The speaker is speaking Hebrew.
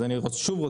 אז שוב,